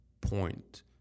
point